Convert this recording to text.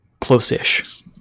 close-ish